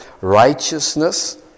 righteousness